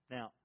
Now